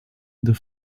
the